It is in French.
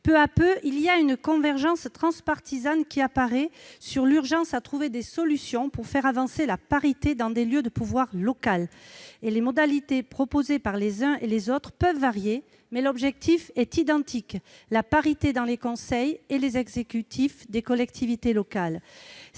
Peu à peu, nous constatons une convergence transpartisane sur l'urgence à trouver des solutions pour faire avancer la parité dans les lieux de pouvoir local. Les modalités proposées par les uns et les autres peuvent varier, mais l'objectif est identique : la parité dans les conseils et les exécutifs des collectivités locales.